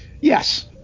Yes